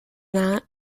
that